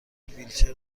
ویلچر